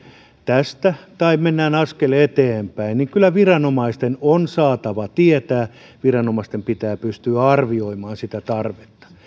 tästä tai mennään askel eteenpäin niin kyllä viranomaisten on saatava tietää viranomaisten pitää pystyä arvioimaan sitä tarvetta